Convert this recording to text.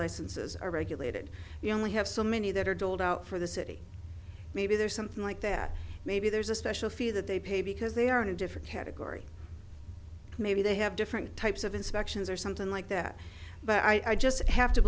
licenses are regulated you only have so many that are doled out for the city maybe there's something like that maybe there's a special feel that they pay because they are in a different category maybe they have different types of inspections or something like that but i just have to